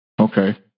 Okay